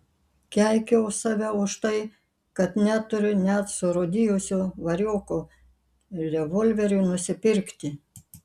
keikiau save už tai kad neturiu net surūdijusio varioko revolveriui nusipirkti